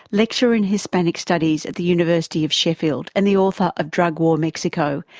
lecturer in hispanic studies at the university of sheffield and the author of drug war mexico,